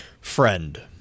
Friend